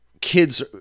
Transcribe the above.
kids